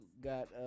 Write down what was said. Got